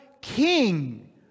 King